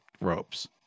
ropes